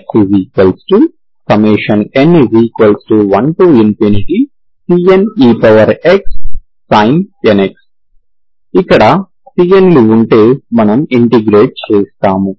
fxn1cnexsin nx ఇక్కడ cnలు ఉంటే మనము ఇంటిగ్రేట్ చేస్తాము